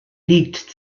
liegt